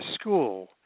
school